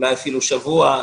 אולי אפילו שבוע.